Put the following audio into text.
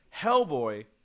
Hellboy